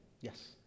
Yes